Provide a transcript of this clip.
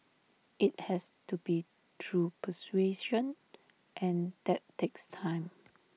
IT has to be through persuasion and that takes time